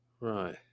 Right